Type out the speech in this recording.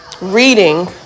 reading